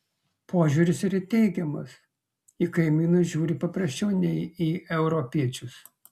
požiūris yra teigiamas į kaimynus žiūri prasčiau nei į europiečius